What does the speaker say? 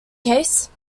case